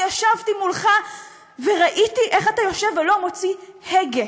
אני ישבתי מולך וראיתי איך אתה יושב ולא מוציא הגה